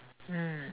mm